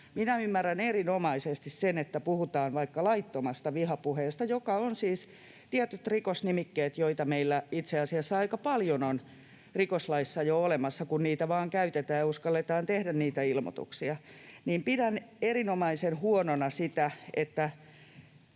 Minä ymmärrän erinomaisesti sen, että puhutaan vaikka laittomasta vihapuheesta — on siis tietyt rikosnimikkeet, joita meillä itse asiassa aika paljon on rikoslaissa jo olemassa, kun niitä vain käytetään ja uskalletaan tehdä niitä ilmoituksia. Pidän erinomaisen huonona sitä, että